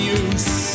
use